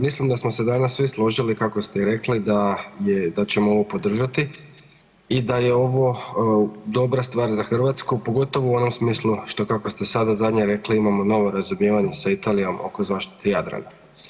Mislim da smo se danas svi složili kako ste rekli da ćemo ovo podržati i da je ovo dobra stvar za Hrvatsku pogotovo u onom smislu što kako ste sada zadnje rekli imamo novo razumijevanje sa Italijom oko zaštite Jadrana.